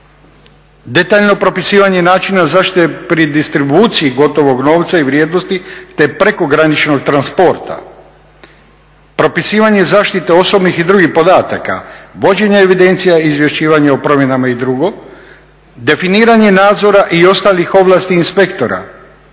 Detaljno propisivanje načina zaštite pri distribuciji gotovog novca i vrijednosti te prekograničnog transporta. Propisivanje zaštite osobnih i drugih podataka, vođenje evidencija i izvješćivanje o promjenama i drugo, definiranje nadzora i ostalih ovlasti inspektora,